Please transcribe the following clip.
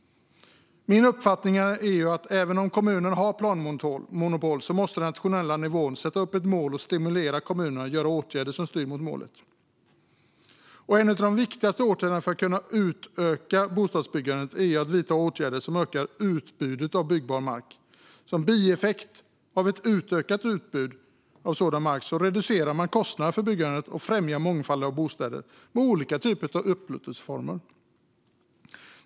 Min uppfattning är att även om kommunerna har planmonopol måste man på nationell nivå sätta upp ett mål och stimulera kommunerna att göra åtgärder som styr mot målet. Något av det viktigaste för att kunna öka bostadsbyggandet är att vidta åtgärder som ökar utbudet av byggbar mark. Som bieffekt av ett utökat utbud av sådan mark reducerar man kostnaderna för byggandet och främjar mångfald av bostäder med olika typer av upplåtelseformer.